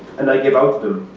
and i give out to them.